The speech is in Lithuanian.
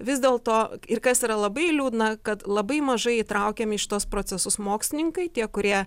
vis dėl to ir kas yra labai liūdna kad labai mažai įtraukiami į šituos procesus mokslininkai tie kurie